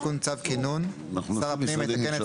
תיקון צו כינון 2. שר הפנים יתקן את